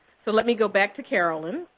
so let me go back to carolyn,